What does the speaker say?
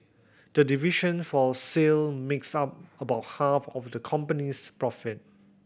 the division for sale makes up about half of the company's profit